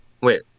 Wait